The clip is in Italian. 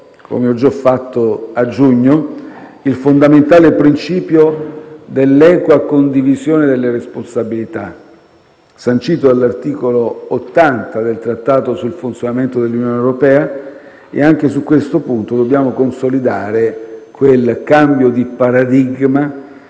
come ho già fatto a giugno - il fondamentale principio dell'equa condivisione delle responsabilità, sancito dall'articolo 80 del Trattato sul funzionamento dell'Unione europea. Anche su questo dobbiamo consolidare quel cambio di paradigma